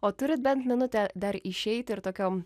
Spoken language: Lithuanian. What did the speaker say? o turit bent minutę dar išeiti ir tokiom